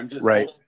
Right